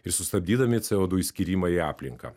ir sustabdydami co du išskyrimą į aplinką